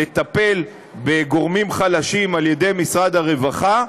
לטפל בגורמים חלשים על ידי משרד הרווחה,